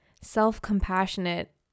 self-compassionate